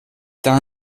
t’as